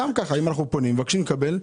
אם אנחנו פונים ומבקשים לקבל נתונים,